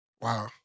Wow